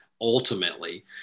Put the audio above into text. ultimately